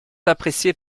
appréciés